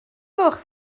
gloch